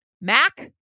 Mac